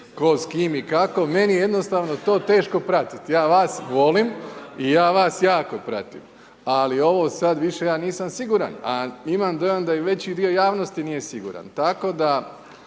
tko s kime i kako. Meni je jednostavno to teško pratiti. Ja vas volim i ja vas jako pratim. Ali ovo sad, više ja nisam siguran a imam dojam da i veći dio javnosti nije siguran. Tako da